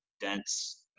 dense